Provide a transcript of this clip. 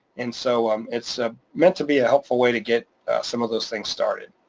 and so um it's ah meant to be a helpful way to get some of those things started.